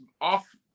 off